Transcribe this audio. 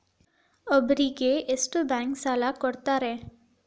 ಒಬ್ಬರಿಗೆ ಎಷ್ಟು ಬ್ಯಾಂಕ್ ಸಾಲ ಕೊಡ್ತಾರೆ?